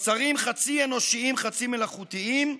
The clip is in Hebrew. תוצרים חצי אנושיים חצי מלאכותיים,